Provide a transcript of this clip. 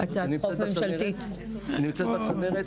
היא נמצאת בצנרת.